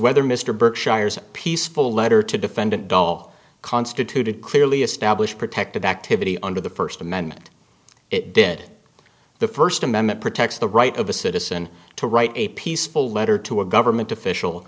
whether mr berkshire's peaceful letter to defendant all constituted clearly established protected activity under the first amendment it did the first amendment protects the right of a citizen to write a peaceful letter to a government official